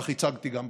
כך הצגתי גם בקבינט,